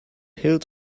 hilt